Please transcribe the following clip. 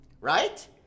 right